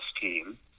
team